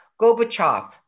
Gorbachev